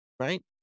right